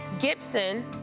Gibson